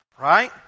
Right